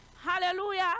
Hallelujah